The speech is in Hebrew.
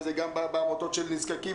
וזה גם בעמותות של הנזקקים,